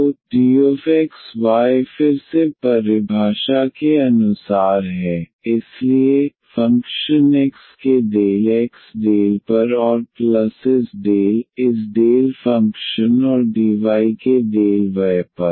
तो dxy फिर से परिभाषा के अनुसार है इसलिए फंक्शन x के डेल x डेल पर और प्लस इस डेल इस डेल फंक्शन और dy के डेल y पर